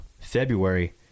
February